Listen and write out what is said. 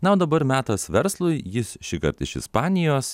na o dabar metas verslui jis šįkart iš ispanijos